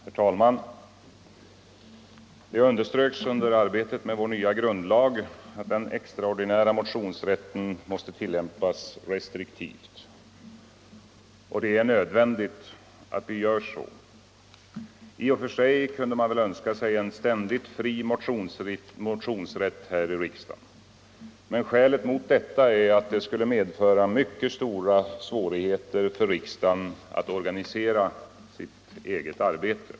Herr talman! Det underströks under arbetet med vår nya grundlag att den extraordinära motionsrätten måste tillämpas restriktivt. Det är nödvändigt att vi gör så. I och för sig kunde man väl önska sig en ständigt fri motionsrätt i riksdagen. Men skälet mot detta är att det skulle medföra mycket stora svårigheter för riksdagen att organisera sitt arbete.